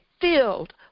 filled